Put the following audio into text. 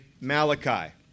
Malachi